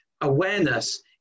awareness